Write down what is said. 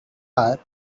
are